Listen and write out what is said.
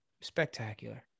Spectacular